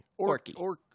Orky